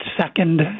second